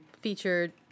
featured